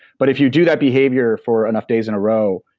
but if you do that behavior for enough days in a row,